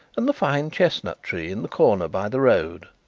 and the fine chestnut-tree in the corner by the road.